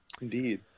Indeed